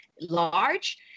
large